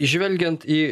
žvelgiant į